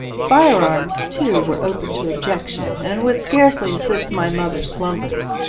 firearms, too, were open to objection, and would scarcely assist my mother's slumbers,